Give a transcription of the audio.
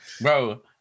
Bro